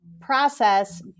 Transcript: process